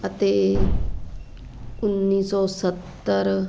ਅਤੇ ਉਨੀ ਸੌ ਸੱਤਰ